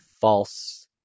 false